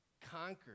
conquered